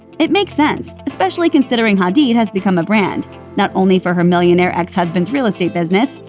it makes sense, especially considering hadid has become a brand, not only for her millionaire ex-husband's real estate business,